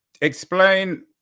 explain